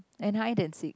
and hide and seek